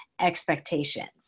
expectations